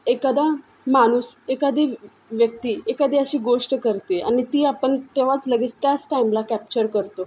एखादा माणूस एखादी व्यक्ती एखादी अशी गोष्ट करते आणि ती आपण तेव्हाच लगेच त्याच टाईमला कॅप्चर करतो